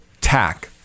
tack